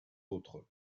autres